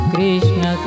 Krishna